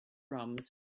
drums